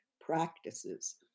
practices